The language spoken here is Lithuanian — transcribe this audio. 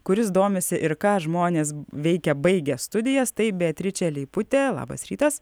kuris domisi ir ką žmonės veikia baigę studijas tai beatričė leiputė labas rytas